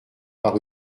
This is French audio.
par